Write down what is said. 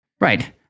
right